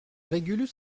régulus